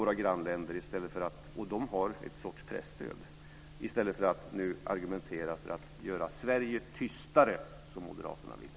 Jag tycker att vi skulle lära lite av våra grannländer i stället för att nu argumentera för att göra Sverige tystare, som Moderaterna vill.